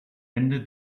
ende